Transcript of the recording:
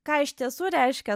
ką iš tiesų reiškia